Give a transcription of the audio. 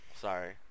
Sorry